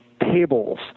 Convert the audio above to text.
tables